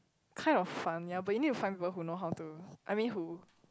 kind of fun yea but you need to find people who know how to I mean who